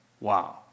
Wow